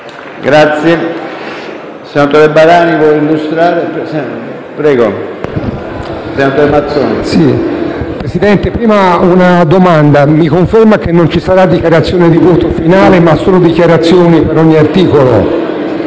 Presidente, le pongo prima una domanda: mi conferma che non ci sarà dichiarazione di voto finale ma solo dichiarazioni di voto per ogni articolo?